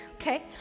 okay